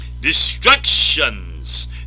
destructions